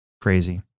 crazy